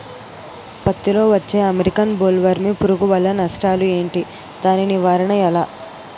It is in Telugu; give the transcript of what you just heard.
పత్తి లో వచ్చే అమెరికన్ బోల్వర్మ్ పురుగు వల్ల నష్టాలు ఏంటి? దాని నివారణ ఎలా?